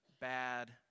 bad